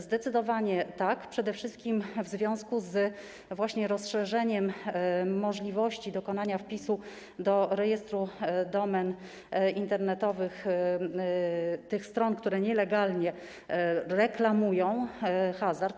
Zdecydowanie tak, przede wszystkim w związku z rozszerzeniem możliwości dokonania wpisu do rejestru domen internetowych tych stron, które nielegalnie reklamują hazard.